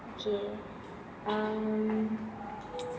okay um